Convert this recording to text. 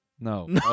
No